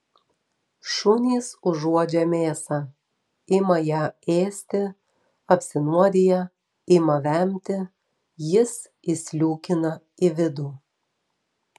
šunys užuodžia mėsą ima ją ėsti apsinuodija ima vemti jis įsliūkina į vidų